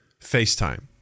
FaceTime